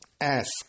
ask